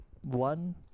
One